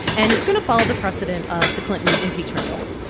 and it's going to follow the precedent of the clinton impeachment rules.